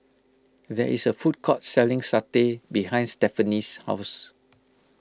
there is a food court selling Satay behind Stephany's house